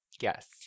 yes